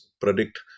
predict